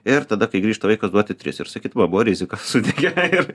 ir tada kai grįžta vaikas duoti tris ir sakyt va buvo rizika sudegė ir